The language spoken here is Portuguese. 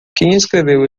escreveu